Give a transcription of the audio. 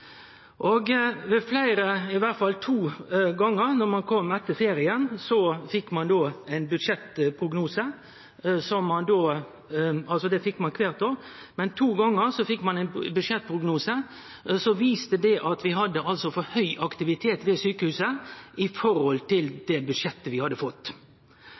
Ved fleire høve – i alle fall to gonger – når ein kom etter ferien, fekk ein då ein budsjettprognose – det fekk ein kvart år, men to gonger fekk ein ein budsjettprognose som viste at vi hadde for høg aktivitet ved sjukehuset i forhold til budsjettet vi hadde fått.